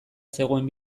zegoen